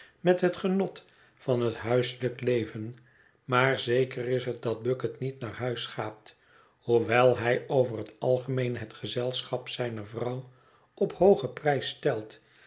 met het genot van het huiselijk leven maar zeker is het dat bucket niet naar huis gaat hoewel hij over het algemeen het gezelschap zijner vrouw op hoogen prijs stelt